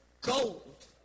gold